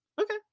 Okay